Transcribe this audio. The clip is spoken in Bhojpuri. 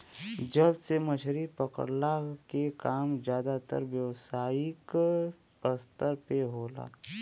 जाल से मछरी पकड़ला के काम जादातर व्यावसायिक स्तर पे होला